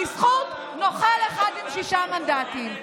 בזכות נוכל אחד עם שישה מנדטים.